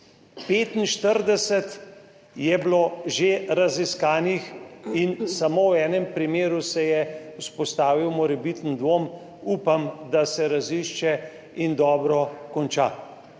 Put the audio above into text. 45 je bilo že raziskanih in samo v enem primeru se je vzpostavil morebiten dvom - upam, da se razišče in dobro konča.